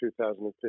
2015